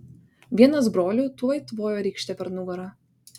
vienas brolių tuoj tvojo rykšte per nugarą